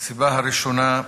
הסיבה הראשונה,